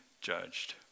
judged